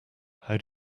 how